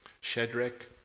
shadrach